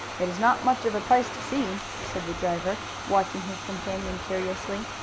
it is not much of a place to see, said the driver, watching his companion curiously.